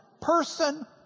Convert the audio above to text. person